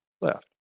left